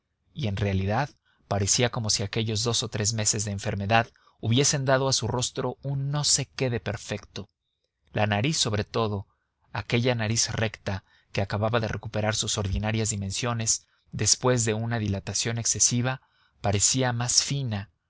y en realidad parecía como si aquellos dos o tres meses de enfermedad hubiesen dado a su rostro un no sé qué de perfecto la nariz sobre todo aquella nariz recta que acababa de recuperar sus ordinarias dimensiones después de una dilatación excesiva parecía más fina